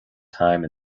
time